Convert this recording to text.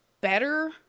better